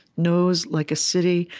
nose like a city,